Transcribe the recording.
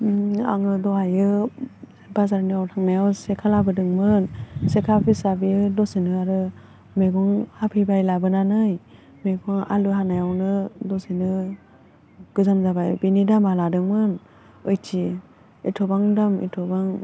आङो दहायो बाजाराव थांनायाव सेखा लाबोदोंमोन सेखा फिसा बेयो दसेनो आरो मैगं हाफैबाय लाबोनानै मैगं आलु हानायावनो दसेनो गोजाम जाबाय बेनि दामा लादोंमोन ओइटि एथ'बां दाम एथ'बां